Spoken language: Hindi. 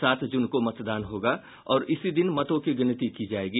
सात जून को मतदान होगा और इसी दिन मतों की गिनती की जायेगी